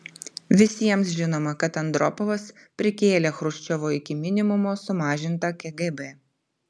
visiems žinoma kad andropovas prikėlė chruščiovo iki minimumo sumažintą kgb